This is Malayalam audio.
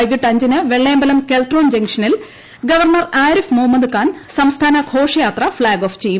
വൈകിട്ട് അഞ്ചിന് വെള്ളയമ്പലം കെൽട്രോൺ ജംഗ്ഷനിൽ ഗവർണർ ആരിഫ് മുഹമ്മദ് ഖാൻ സംസ്ഥാന ഘോഷയാത്ര ഫ്ളാഗ് ഓഫ്ച്ചെയ്യും